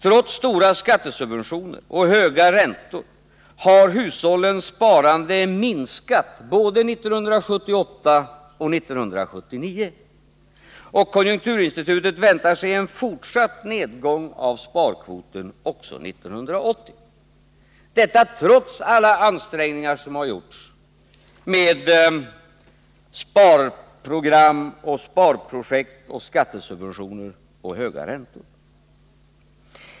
Trots stora skattesubventioner och höga räntor har hushållens sparande minskat både 1978 och 1979. Och konjunkturinstitutet väntar sig en fortsatt nedgång av sparkvoten också 1980 — detta trots alla ansträngningar som har gjorts med sparprogram, sparprojekt, skattesubventioner och höga räntor.